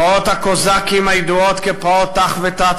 פרעות הקוזקים הידועות כפרעות ת"ח ות"ט